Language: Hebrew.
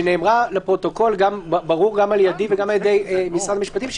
שנאמרה לפרוטוקול גם על ידי וגם על-ידי משרד המשפטים,